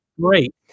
Great